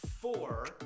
four